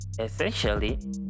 essentially